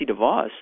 DeVos